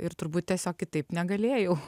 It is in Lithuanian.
ir turbūt tiesiog kitaip negalėjau